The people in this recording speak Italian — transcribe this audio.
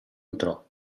entrò